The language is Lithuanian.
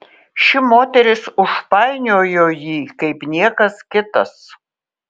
ši moteris užpainiojo jį kaip niekas kitas